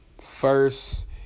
first